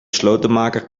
slotenmaker